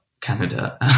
Canada